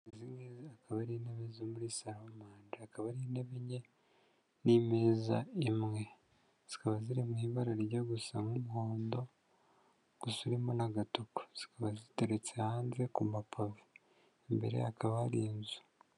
Izingizi akaba ari intebe zo muri salo akaba ari intebetege enye n'imeza imwe, zikaba ziri mu ibara rijya gusa nk'umuhondo gusa urimo na'aatotuku, zikaba ziteretse hanze ku mapave imbere hakaba hari inzu.